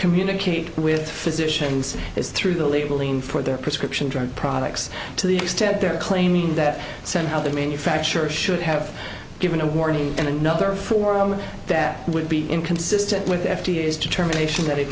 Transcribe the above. communicate with physicians is through the labeling for their prescription drug products to the extent they're claiming that somehow the manufacturer should have given a warning in another form that would be inconsistent with the f d a is determination that a